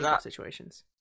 situations